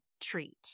treat